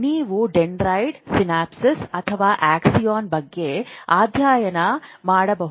ನೀವು dendrite synapse ಅಥವಾ axon ಬಗ್ಗೆ ಅಧ್ಯಯನ ಮಾಡಬಹುದು